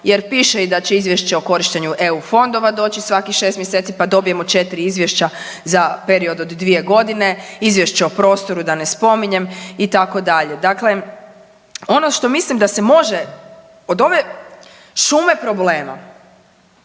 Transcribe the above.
jer piše i da će izvješće o korištenju eu fondova doći svakih 6 mjeseci, pa dobijemo 4 izvješća za period od 2.g., izvješće o prostoru da ne spominjem itd. Dakle, ono što mislim da se može, od ove šume problema